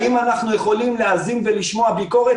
האם אנחנו יכולים להאזין ולשמוע ביקורת?